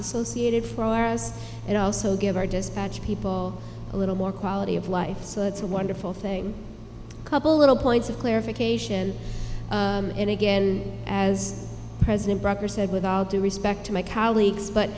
associated for us and also give our dispatch people a little more quality of life so that's a wonderful thing couple little points of clarification and again as president broker said with all due respect to my colleagues but